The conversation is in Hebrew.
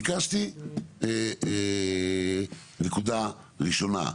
ביקשתי נקודה ראשונה,